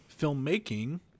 filmmaking